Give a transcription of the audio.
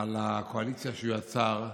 על הקואליציה שהוא יצר,